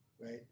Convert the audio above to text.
right